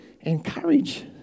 encourage